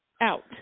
Out